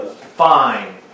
Fine